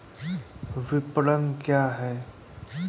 विपणन क्या है?